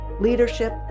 leadership